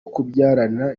kubyarana